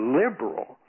liberal